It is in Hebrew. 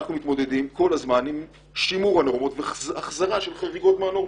אנחנו מתמודדים כל הזמן עם שימור הנורמות ותיקון של חריגות מהנורמות.